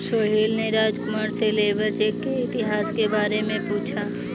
सोहेल ने राजकुमार से labour check के इतिहास के बारे में पूछा